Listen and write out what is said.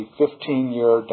15-year